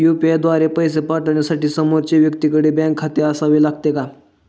UPI द्वारा पैसे पाठवण्यासाठी समोरच्या व्यक्तीकडे बँक खाते असावे लागते का?